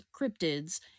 cryptids